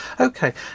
okay